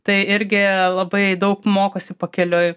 tai irgi labai daug mokosi pakeliui